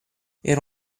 era